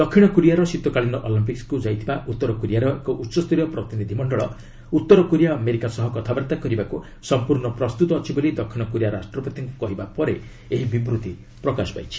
ଦକ୍ଷିଣ କୋରିଆର ଶୀତକାଳୀନ ଅଲମ୍ପିକ୍୍କକୁ ଯାଇଥିବା ଉତ୍ତର କୋରିଆ ଏକ ଉଚ୍ଚସ୍ତରୀୟ ପ୍ରତିନିଧି ମଣ୍ଡଳ ଉତ୍ତର କୋରିଆ ଆମେରିକା ସହ କଥାବାର୍ତ୍ତା କରିବାକୁ ସମ୍ପୂର୍ଣ୍ଣ ପ୍ରସ୍ତୁତ ଅଛି ବୋଲି ଦକ୍ଷିଣ କୋରିଆ ରାଷ୍ଟ୍ରପତିଙ୍କୁ କହିବା ପରେ ଏହି ବିବୃତ୍ତି ପ୍ରକାଶ ପାଇଛି